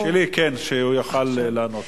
כן, תשאלי, הוא יענה לך.